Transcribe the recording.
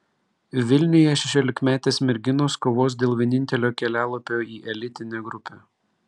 vilniuje šešiolikmetės merginos kovos dėl vienintelio kelialapio į elitinę grupę